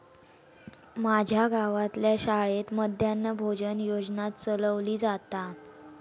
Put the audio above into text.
माज्या गावातल्या शाळेत मध्यान्न भोजन योजना चलवली जाता